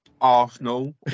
Arsenal